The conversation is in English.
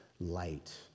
light